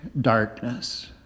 darkness